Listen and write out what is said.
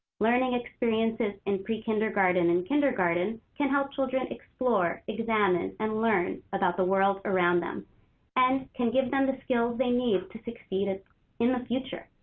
learning experiences in prekindergarten and kindergarten can help children explore, examine, and learn about the world around them and can give them the skills they need to succeed ah in the future.